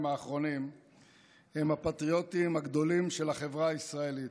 האחרונים הם הפטריוטים הגדולים של החברה הישראלית.